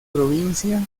provincia